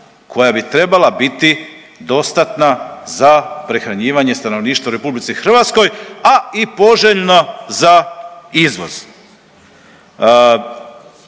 koja bi trebala biti dostatna za prehranjivanje stanovništva u RH, a i poželjno za izvoz.